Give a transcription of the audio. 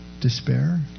despair